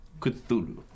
Cthulhu